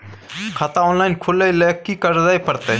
खाता ऑनलाइन खुले ल की करे परतै?